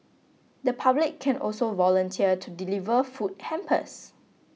the public can also volunteer to deliver food hampers